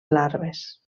larves